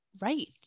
Right